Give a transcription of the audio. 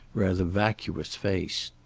rather vacuous face.